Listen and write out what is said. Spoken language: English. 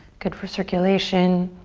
good for circulation.